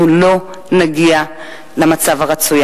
אנחנו לא נגיע למצב הרצוי,